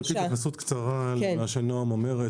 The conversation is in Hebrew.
התייחסות קצרה למה שנעם אמרה.